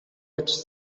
its